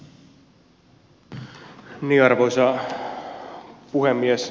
arvoisa puhemies